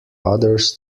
others